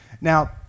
now